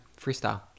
freestyle